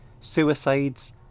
suicides